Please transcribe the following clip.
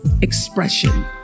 expression